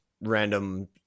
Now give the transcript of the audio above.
random